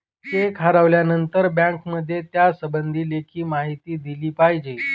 check हरवल्यानंतर बँकेमध्ये त्यासंबंधी लेखी माहिती दिली पाहिजे